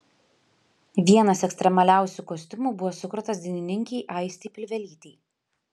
vienas ekstremaliausių kostiumų buvo sukurtas dainininkei aistei pilvelytei